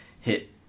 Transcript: hit